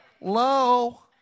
Low